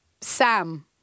Sam